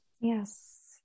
Yes